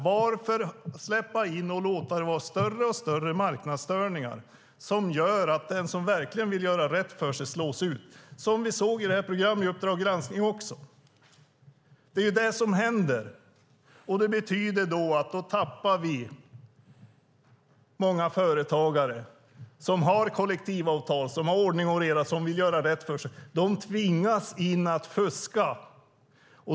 Varför tillåta större och större marknadsstörningar som gör att den som verkligen vill göra rätt för sig slås ut? Vi såg exempel på det i programmet Uppdrag granskning . Det är det som händer. Det betyder att vi tappar många företagare som har tecknat kollektivavtal, som har ordning och reda och som vill göra rätt för sig. De tvingas in i fusket.